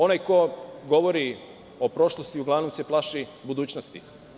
Onaj ko govori o prošlosti uglavnom se plaši budućnosti.